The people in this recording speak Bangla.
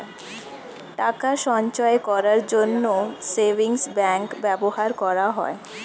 টাকা সঞ্চয় করার জন্য সেভিংস ব্যাংক ব্যবহার করা হয়